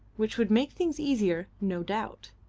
which would make things easier, no doubt.